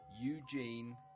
Eugene